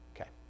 Okay